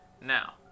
Now